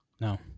No